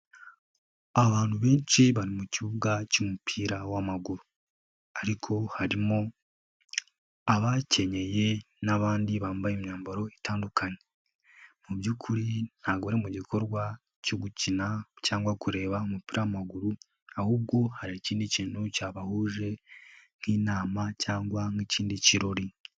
Abantu benshi bari mu kibuga cy'umupira w'amaguru. Ariko harimo abakenyeye n'abandi bambaye imyambaro itandukanye. Mu by'ukuri nta ari mu gikorwa cyo gukina cyangwa kureba umupira w'amaguru, ahubwo hari ikindi kintu cyabahuje nk'inama cyangwa nk'ikindi kirori.